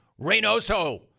Reynoso